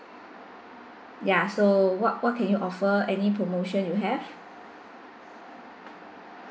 ya so what what can you offer any promotion you have